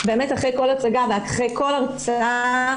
אחרי כל הצגה ואחרי כל הרצאה,